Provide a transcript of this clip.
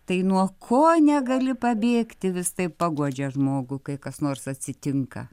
tai nuo ko negali pabėgti vis tai paguodžia žmogų kai kas nors atsitinka